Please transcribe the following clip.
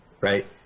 right